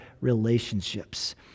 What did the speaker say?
relationships